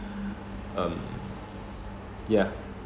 um ya